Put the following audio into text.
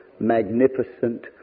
magnificent